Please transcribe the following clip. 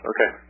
Okay